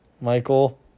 Michael